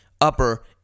upper